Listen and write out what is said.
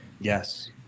Yes